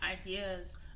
ideas